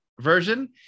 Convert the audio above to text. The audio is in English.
version